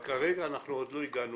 כרגע, אנחנו עוד לא הגענו